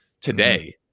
Today